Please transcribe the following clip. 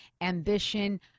Ambition